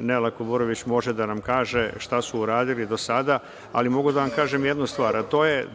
Nela Kuburović može da nam kaže šta su uradili do sada. Mogu da vam kažem jednu stvar, a to je,